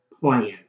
plan